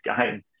game